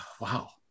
wow